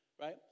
right